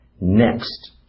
Next